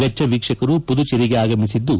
ವೆಚ್ಚ ವೀಕ್ಷಕರು ಪುದುಚೇರಿಗೆ ಆಗಮಿಸಿದ್ದು